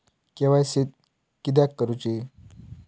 KYC किदयाक करूची?